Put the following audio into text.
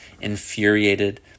infuriated